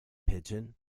pigeon